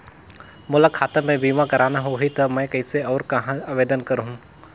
मोला खाता मे बीमा करना होहि ता मैं कइसे और कहां आवेदन करहूं?